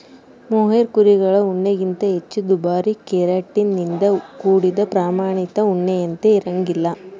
mohair ಕುರಿಗಳ ಉಣ್ಣೆಗಿಂತ ಹೆಚ್ಚು ದುಬಾರಿ ಕೆರಾಟಿನ್ ನಿಂದ ಕೂಡಿದ ಪ್ರಾಮಾಣಿತ ಉಣ್ಣೆಯಂತೆ ಇರಂಗಿಲ್ಲ